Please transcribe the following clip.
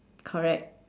correct